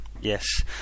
Yes